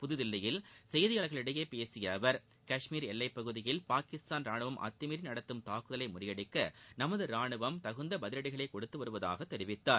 புதுதில்லியில் செய்தியாளர்களிடம் பேசிய அவர் காஷ்மீர் எல்லைப்பகுதியில் பாகிஸ்தான் ரானுவம் அத்தமீறி நடத்தும் தாக்குதலை முறியடிக்க நமது ராணுவம் தகுந்த பதிலடிகளை கொடுத்துவருவதாக தெரிவித்தார்